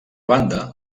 banda